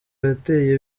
yateye